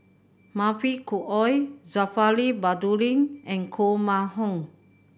Mavis Khoo Oei Zulkifli Baharudin and Koh Mun Hong